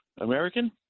American